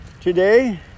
today